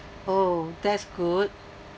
oh that's good